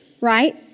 Right